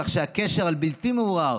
כך שהקשר הבלתי-מעורער